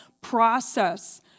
process